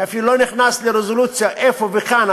אני אפילו לא נכנס לרזולוציה איפה וכמה,